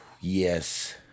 Yes